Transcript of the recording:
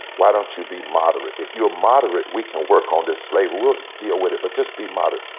why don't you be moderate. if you're moderate we can work on this slavery. we'll deal with it, but just be moderate.